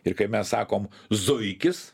ir kai mes sakom zuikis